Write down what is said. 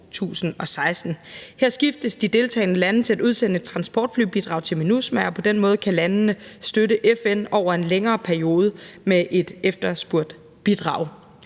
2016. Her skiftes de deltagende lande til at udsende transportflybidrag til MINUSMA, og på den måde kan landene støtte FN over en længere periode, med et efterspurgt bidrag.